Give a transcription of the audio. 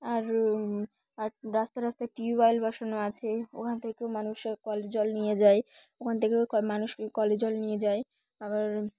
আর আর রাস্তায় রাস্তায় টিউবওয়েল বসানো আছে ওখান থেকেও মানুষের কলে জল নিয়ে যায় ওখান থেকেও মানুষকে কলে জল নিয়ে যায় আবার